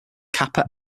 kappa